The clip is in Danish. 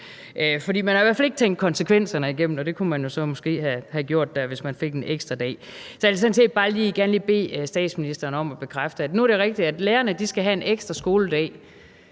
man har i hvert fald ikke tænkt konsekvenserne igennem, og det kunne man jo så måske have gjort der, hvis man havde fået en ekstra dag. Så jeg vil sådan set bare lige bede statsministeren om at bekræfte, at det er rigtigt, at lærerne nu skal have en ekstra skoledag,